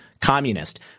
communist